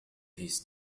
his